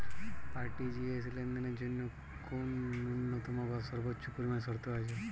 RTGS লেনদেনের জন্য কোন ন্যূনতম বা সর্বোচ্চ পরিমাণ শর্ত আছে?